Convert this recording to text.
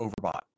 overbought